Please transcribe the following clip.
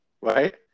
right